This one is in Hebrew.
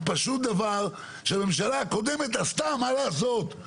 זה פשוט דבר שהממשלה הקודמת עשתה, מה לעשות.